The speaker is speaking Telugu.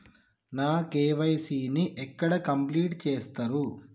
నా కే.వై.సీ ని ఎక్కడ కంప్లీట్ చేస్తరు?